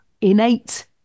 innate